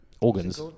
organs